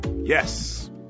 Yes